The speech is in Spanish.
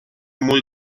muy